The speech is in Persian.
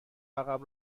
عقب